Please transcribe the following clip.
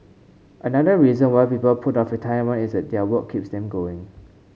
another reason why people put off retirement is that their work keeps them going